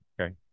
Okay